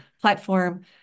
platform